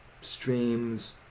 streams